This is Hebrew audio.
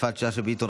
יפעת שאשא ביטון,